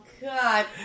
God